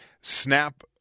snap